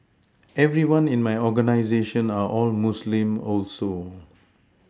everyone in my organisation are all Muslim also